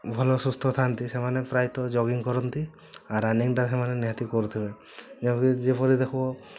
ଭଲ ସୁସ୍ଥ ଥାଆନ୍ତି ସେମାନେ ପ୍ରାୟତଃ ଜଗିଙ୍ଗ୍ କରନ୍ତି ଆ ରନିଙ୍ଗ୍ ଟା ସେମାନେ ନିହାତି କରୁଥିବେ ଯେମିତିକି ଯେପରି ଦେଖିବ